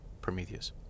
Prometheus